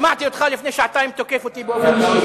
שמעתי אותך לפני שעתיים תוקף אותי באופן אישי.